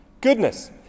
Goodness